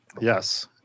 Yes